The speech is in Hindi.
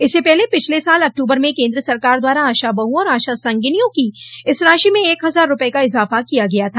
इससे पहले पिछले साल अक्टूबर में केन्द्र सरकार द्वारा आशा बहुओं और आशा संगिनियों की इस राशि में एक हजार रूपये का इजाफा किया गया था